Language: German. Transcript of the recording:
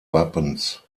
wappens